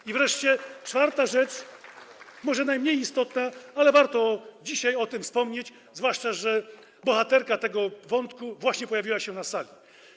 I wreszcie czwarta rzecz, może najmniej istotna, ale warto dzisiaj o tym wspomnieć, zwłaszcza że bohaterka tego wątku właśnie pojawiła się na sali.